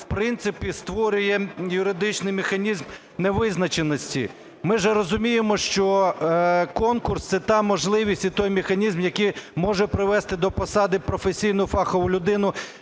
в принципі, створює юридичний механізм невизначеності. Ми же розуміємо, що конкурс – це та можливість і той механізм, який може привести до посади професійну фахову людину